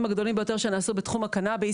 הגדולים ביותר שנעשו בתחום הקנביס